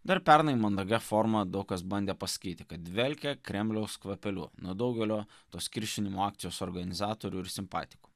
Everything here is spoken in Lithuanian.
dar pernai mandagia forma daug kas bandė pasakyti kad dvelkia kremliaus kvapeliu nuo daugelio tos kiršinimo akcijos organizatorių ir simpatikų